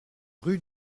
rue